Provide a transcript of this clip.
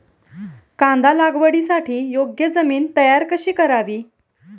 कांदा लागवडीसाठी योग्य जमीन तयार कशी करावी?